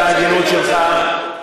אני סומך על ההגינות שלך,